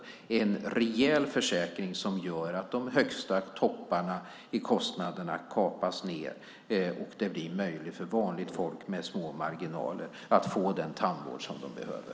Det är en rejäl försäkring som gör att de högsta topparna i kostnaderna kapas, och det blir möjligt för vanligt folk med små marginaler att få den tandvård som de behöver.